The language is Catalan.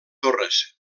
torres